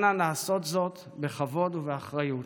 אנא, לעשות זאת בכבוד ובאחריות.